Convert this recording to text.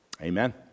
Amen